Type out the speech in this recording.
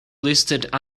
listed